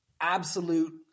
Absolute